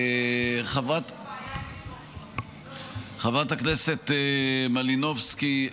חברת הכנסת מלינובסקי,